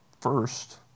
First